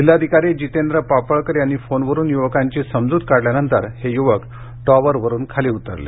जिल्हाधिकारी जितेंद्र पापळकर यांनी फोनवरून युवकांची समजूत काढल्यानंतर हे युवक टॉवरवरून खाली उतरले